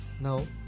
No